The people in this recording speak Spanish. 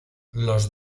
los